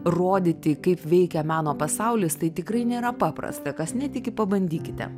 rodyti kaip veikia meno pasaulis tai tikrai nėra paprasta kas netiki pabandykite